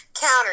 counter